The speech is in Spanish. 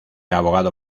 abogado